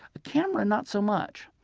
a camera, not so much.